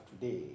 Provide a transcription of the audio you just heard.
today